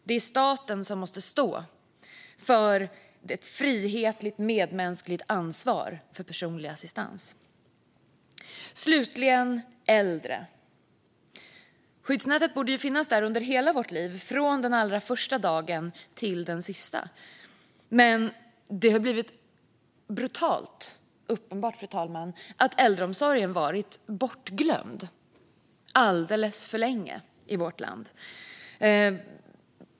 Det är staten som måste stå för ett frihetligt, medmänskligt ansvar för personlig assistans. Slutligen kommer jag till frågan om de äldre. Skyddsnätet borde finnas där under hela vårt liv, från den allra första dagen till den sista. Men det har blivit brutalt uppenbart, fru talman, att äldreomsorgen har varit bortglömd alldeles för länge i vårt land.